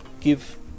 give